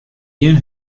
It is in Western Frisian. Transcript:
gjin